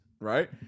right